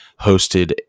hosted